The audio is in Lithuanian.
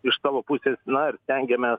iš savo pusės na ir stengiamės